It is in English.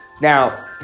Now